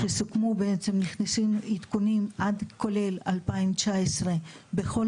שסוכמו ונכנסו עדכונים עד כולל 209 בכל